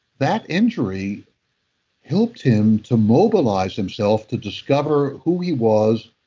that injury helped him to mobilize himself to discover who he was,